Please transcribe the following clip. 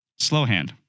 Slowhand